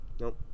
nope